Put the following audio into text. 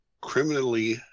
criminally